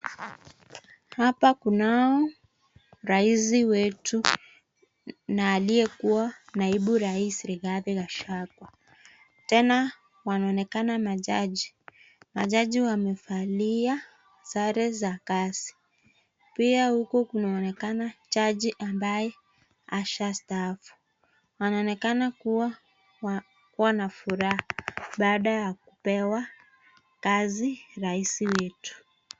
Hapa kunao raisi wetu na aliyekua naibu rais Rigathi gachagwa, tena wanaonekana na jaji jaji wamevalia sare za kazi, pia huku kunaonekana jaji ambaye ashastaafu wanaonekana kuwa wana furaha baada ya kupewa kazi rais wetu.